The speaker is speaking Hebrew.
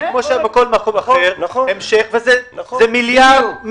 וכמו שהיה בכל מקום אחר המשך, וזה 1.1 מיליארד,